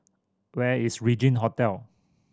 where is Regin Hotel